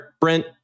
Brent